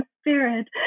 spirit